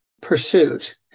pursuit